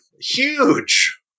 huge